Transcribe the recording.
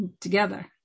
together